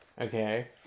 okay